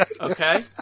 Okay